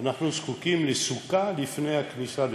אנחנו זקוקים לסוכה לפני הכניסה לבית-הכנסת.